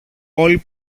όλοι